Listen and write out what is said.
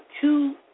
two